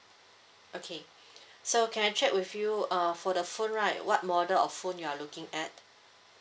okay so can I check with you uh for the phone right what model of phone you are looking at